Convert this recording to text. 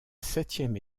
septième